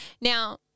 Now